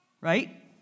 right